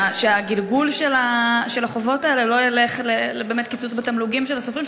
שהגלגול של החובות האלה לא ילך באמת לקיצוץ בתמלוגים של הסופרים,